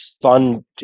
fun